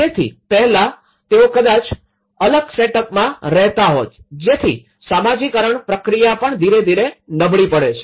તેથી પહેલાં તેઓ કદાચ અલગ સેટઅપમાં રહેતા હોત જેથી સમાજીકરણ પ્રક્રિયા પણ ધીરે ધીરે નબળી પડે છે